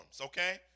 okay